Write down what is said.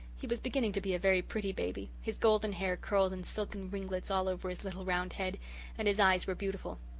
he was beginning to be a very pretty baby his golden hair curled in and silken ringlets all over his little round head and his eyes were beautiful.